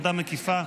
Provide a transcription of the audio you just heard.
עבודה מקיפה.